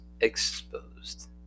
exposed